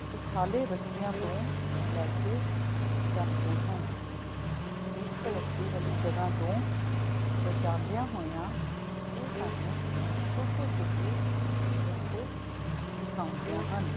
ਸੁਖਾਲੇ ਰਸਤਿਆਂ ਤੋਂ ਲੈ ਕੇ ਜਾਂਦੀਆਂ ਹਨ ਭੀੜ ਭੜੱਕੇ ਵਾਲੀ ਜਗ੍ਹਾ ਤੋਂ ਬਚਾਉਂਦਿਆਂ ਹੋਇਆਂ ਇਹ ਸਾਨੂੰ ਛੋਟੇ ਛੋਟੇ ਰਸਤੇ ਦਿਖਾਉਂਦੀਆਂ ਹਨ